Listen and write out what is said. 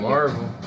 Marvel